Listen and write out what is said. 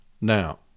Now